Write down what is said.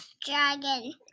Dragon